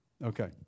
Okay